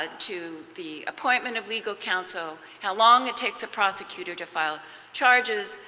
ah to the appointment of legal counsel, how long it takes a prosecutor to file charges,